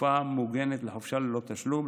בתקופה מוגנת לחופשה ללא תשלום,